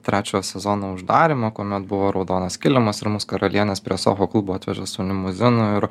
trečio sezono uždarymą kuomet buvo raudonas kilimas ir mus karalienes prie sofo klubo atveže su limuzinu ir